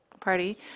party